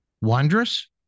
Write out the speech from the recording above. wondrous